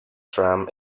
tram